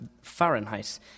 Fahrenheit